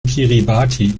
kiribati